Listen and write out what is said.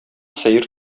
сәер